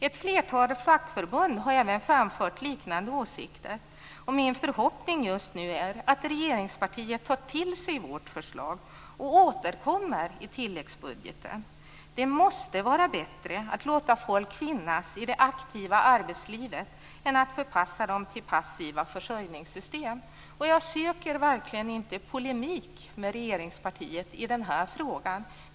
Ett flertal fackförbund har också framfört liknande åsikter. Just nu är det min förhoppning att regeringspartiet tar till sig vårt förslag och återkommer i tilläggsbudgeten. Det måste vara bättre att låta folk finnas i det aktiva arbetslivet än att folk förpassas till passiva försörjningssystem. Jag söker verkligen inte polemik med regeringspartiet i den här frågan.